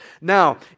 Now